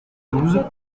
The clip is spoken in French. douze